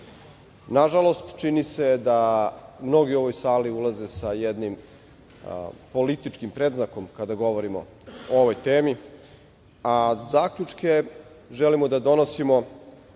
protiv. Nažalost, čini se da mnogi u ovoj sali ulaze sa jednim političkim predznakom kada govorimo o ovoj temi. Zaključke želimo da donosimo